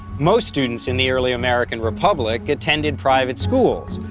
most students in the early american republic attended private schools.